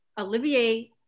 Olivier